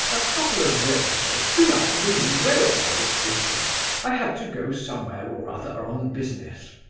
a couple of years ago, soon after the new railway was opened, i had to go somewhere or other on business.